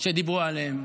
שדיברו עליהם,